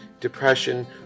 depression